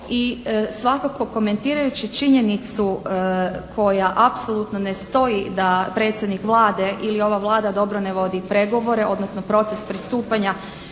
I svakako, komentirajući činjenicu koja apsolutno ne stoji da predsjednik Vlade ili ova Vlada dobro ne vodi pregovore odnosno proces pristupanja